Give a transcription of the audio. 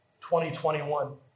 2021